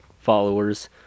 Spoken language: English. followers